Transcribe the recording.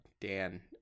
Dan